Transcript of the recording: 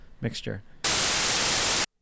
mixture